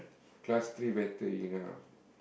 class three better enough